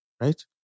right